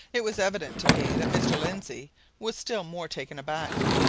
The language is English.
it was evident to me that mr. lindsey was still more taken aback.